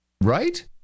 Right